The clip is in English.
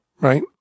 right